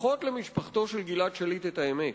לפחות למשפחתו של גלעד שליט תאמר את האמת.